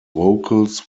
vocals